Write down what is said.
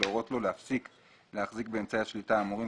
להורות לו להפסיק להחזיק באמצעי השליטה האמורים,